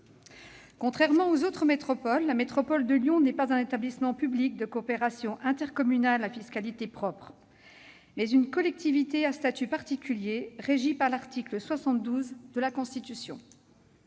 Contrairement aux autres métropoles, celle de Lyon est non pas un établissement public de coopération intercommunale, un EPCI, à fiscalité propre, mais une collectivité territoriale à statut particulier, régie par l'article 72 de la Constitution.